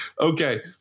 okay